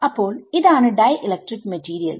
അപ്പോൾ ഇതാണ് dielectric material